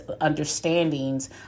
understandings